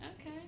Okay